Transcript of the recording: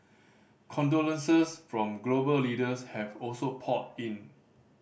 condolences from global leaders have also poured in